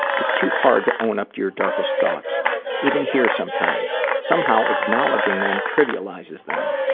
it's too hard to own up to your darkest thoughts even here sometimes. somehow acknowledging them trivializes them.